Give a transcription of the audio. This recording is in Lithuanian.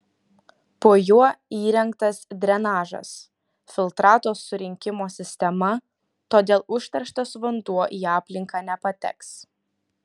po juo įrengtas drenažas filtrato surinkimo sistema todėl užterštas vanduo į aplinką nepateks